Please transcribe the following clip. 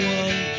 one